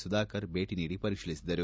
ಸುಧಾಕರ್ ಭೇಟಿ ನೀಡಿ ಪರಿಶೀಲಿಸಿದರು